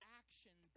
action